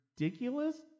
ridiculous